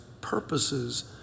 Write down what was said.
purposes